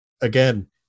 again